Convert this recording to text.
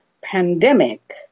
pandemic